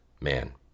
man